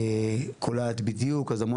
שאנחנו יודעים לבקר את עצמנו,